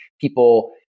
people